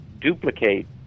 duplicate